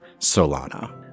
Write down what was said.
Solana